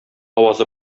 авазы